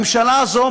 הממשלה הזו,